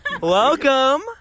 Welcome